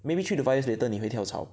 maybe three to five years later 你会跳槽